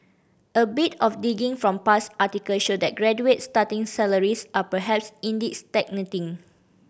a bit of digging from past articles show that graduate starting salaries are perhaps indeed stagnating